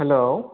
hello